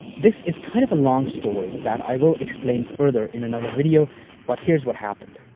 this is kind of a long story that i will explain further in another video but here's what happened.